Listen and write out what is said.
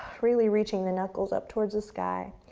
really reaching the knuckles up towards the sky,